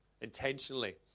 intentionally